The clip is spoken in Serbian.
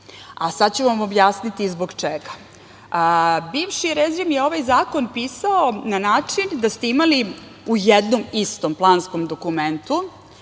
A sada ću vam objasniti zbog čega. Bivši režim je ovaj zakon pisao na način da ste imali u jednom istom planskom dokumentu